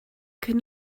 could